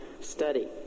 study